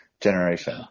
Generation